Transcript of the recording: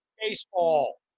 Baseball